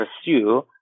pursue